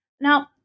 Now